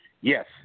Yes